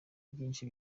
byinshi